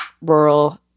rural